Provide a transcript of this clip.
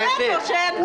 זה איום קבוע.